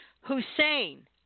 Hussein